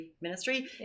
ministry